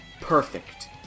perfect